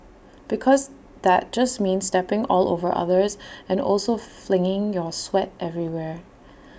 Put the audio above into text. because that just means stepping all over others and also flinging your sweat everywhere